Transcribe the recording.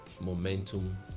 momentum